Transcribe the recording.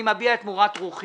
אני מביע את מורת רוחי